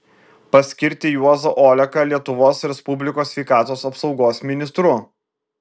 paskirti juozą oleką lietuvos respublikos sveikatos apsaugos ministru